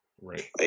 Right